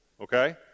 Okay